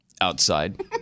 outside